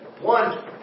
one